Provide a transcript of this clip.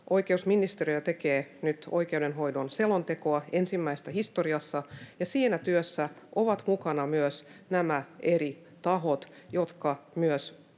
oikeusministeriö tekee nyt oikeudenhoidon selontekoa — ensimmäistä historiassa — ja siinä työssä ovat mukana myös ne eri tahot, jotka myös